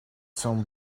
some